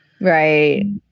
Right